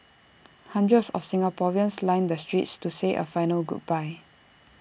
hundreds of Singaporeans lined the streets to say A final goodbye